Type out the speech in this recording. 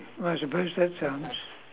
well I suppose that sounds